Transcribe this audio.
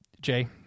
Jay